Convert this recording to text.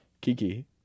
Kiki